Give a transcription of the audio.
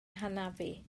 hanafu